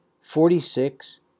forty-six